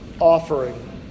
offering